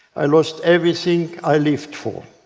i lost everything i lived for.